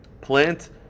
plant